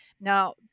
Now